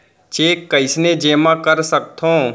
Cheque कईसने जेमा कर सकथो?